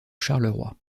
charleroi